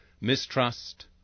mistrust